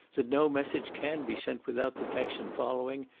that no message can be sent without detection following,